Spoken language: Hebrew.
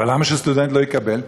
אבל למה שסטודנט לא יקבל?